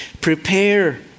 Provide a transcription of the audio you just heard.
Prepare